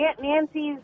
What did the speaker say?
Nancy's